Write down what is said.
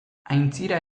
aintzira